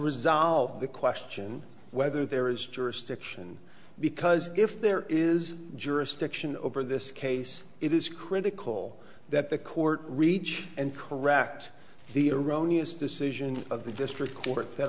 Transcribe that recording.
resolve the question whether there is jurisdiction because if there is jurisdiction over this case it is critical that the court reach and correct the erroneous decision of the district court